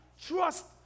trust